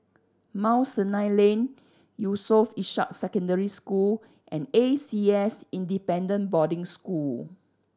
Mount Sinai Lane Yusof Ishak Secondary School and A C S Independent Boarding School